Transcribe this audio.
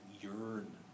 yearn